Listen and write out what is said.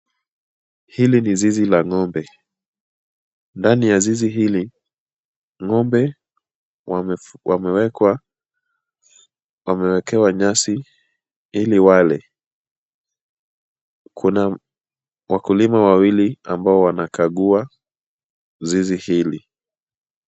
Hili ni zizi la ng'ombe. Ndani ya zizi hili, ng'ombe wamewekewa nyasi ili wale. Kuna wakulima wawili ambao wanakagua zizi hili.